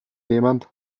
jemand